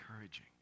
encouraging